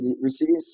receiving